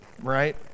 right